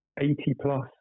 80-plus